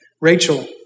Rachel